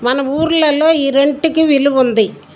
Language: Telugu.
మన ఊర్లలో ఈ రెంట్కి విలువ ఉంది